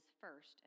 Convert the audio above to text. first